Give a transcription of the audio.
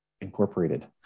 incorporated